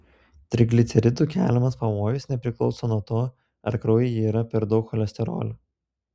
trigliceridų keliamas pavojus nepriklauso nuo to ar kraujyje yra per daug cholesterolio